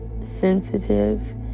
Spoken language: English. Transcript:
sensitive